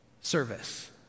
service